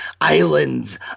Islands